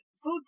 food